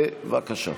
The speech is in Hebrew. בבקשה.